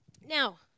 Now